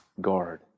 guard